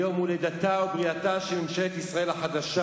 היום הוא לידתה ובריאתה של ממשלת ישראל החדשה.